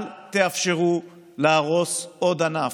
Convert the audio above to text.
אל תאפשרו להרוס עוד ענף,